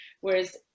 whereas